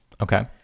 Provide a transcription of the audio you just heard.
Okay